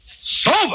Sober